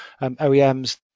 OEMs